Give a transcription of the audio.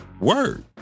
word